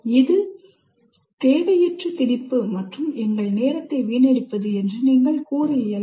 இது தேவையற்ற திணிப்பு மற்றும் எங்கள் நேரத்தை வீணடிப்பது என்று நீங்கள் கூற முடியாது